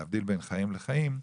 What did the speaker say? להבדיל בין חיים לחיים.